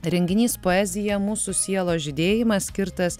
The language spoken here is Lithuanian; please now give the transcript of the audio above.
renginys poezija mūsų sielos žydėjimas skirtas